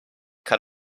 cut